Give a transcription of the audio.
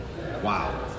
Wow